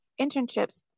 Internships